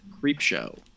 Creepshow